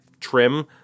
trim